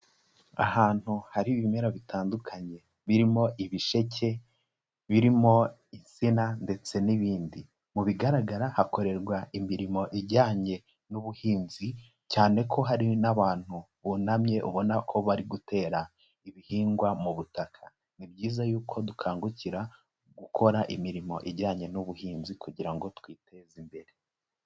Ahantu hari ibimera bitandukanye birimo ibisheke, birimo insina ndetse n'ibindi. Mu bigaragara hakorerwa imirimo ijyanye n'ubuhinzi cyane ko hari n'abantu bunamye ubona ko bari gutera ibihingwa mu butaka. Ni byiza yuko dukangukira gukora imirimo ijyanye n'ubuhinzi kugira ngo twiteze imbere.